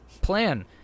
plan